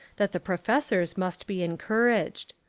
that the professors must be encouraged.